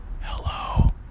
hello